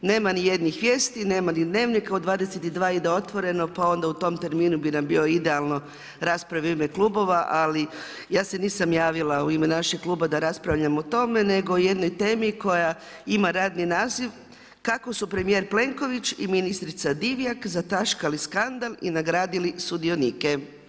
Nema nijednih vijesti, nema ni dnevnika u 22 ide „Otvoreno“ pa onda u tom terminu bi nam bilo idealno rasprave u klubova, ali ja se nisam javila u ime našeg kluba da raspravljam o tome nego o jednoj temi koja ima radni naziv, „Kako su premijer Plenković i ministrica Divjak zataškali skandal i nagradili sudionike“